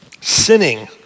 sinning